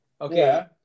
Okay